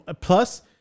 Plus